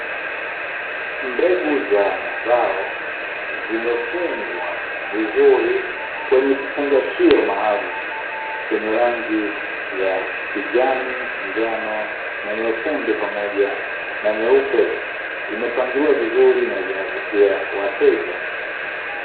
Mbegu za mazao, zimefungwa vizuri kwenye kifungashio maalumu chenye rangi ya kijani, njano, na nyekundu pamoja na nyeupe zimepangiliwa vizuri na zinavutia wateja.